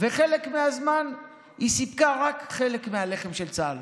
וחלק מהזמן היא סיפקה רק חלק מהלחם של צה"ל.